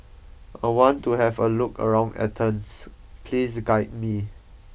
I want to have a look around Athens Please guide me